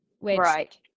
Right